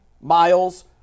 Miles